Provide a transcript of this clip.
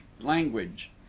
language